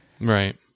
Right